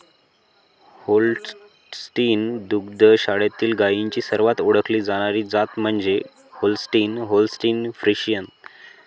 Holstein दुग्ध शाळेतील गायींची सर्वात ओळखली जाणारी जात म्हणजे होल्स्टीन होल्स्टीन फ्रिशियन